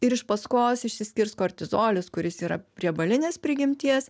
ir iš paskos išsiskirs kortizolis kuris yra riebalinės prigimties